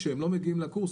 כשהם לא מגיעים לקורס,